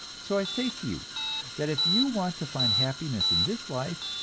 so i say to you that if you want to find happiness in this life,